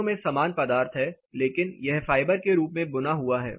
दोनों में समान पदार्थ है लेकिन यह फाइबर के रूप में बुना हुआ है